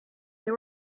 they